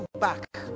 back